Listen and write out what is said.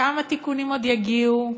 כמה תיקונים עוד יגיעו?